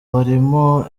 barimo